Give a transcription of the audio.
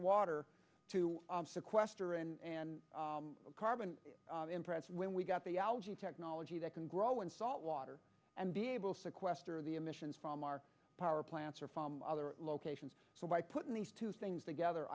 water to sequester and carbon impress when we've got the algae technology that can grow in salt water and be able sequester the emissions from our power plants or farm other locations so by putting these two things together